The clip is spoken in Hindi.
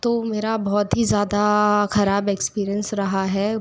तो मेरा बहुत ही ज़्यादा ख़राब एक्सपीरियेंस रहा है